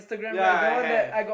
ya I have